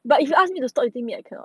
but if you ask me to stop 已经免票